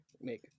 make